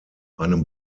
einem